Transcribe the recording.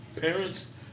Parents